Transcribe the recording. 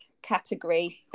Category